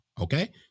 Okay